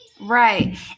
right